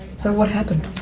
so what happened?